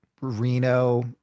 Reno